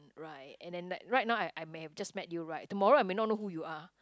right and then like right now I I may have just met you write tomorrow I may not know who you are